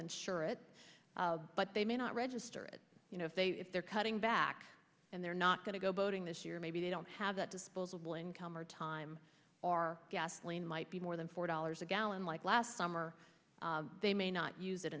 insure it but they may not register it you know if they are cutting back and they're not going to go boating this year maybe they don't have that disposable income or time or gasoline might be more than four dollars a gallon like last summer they may not use it